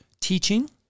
teaching